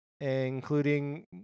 including